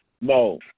No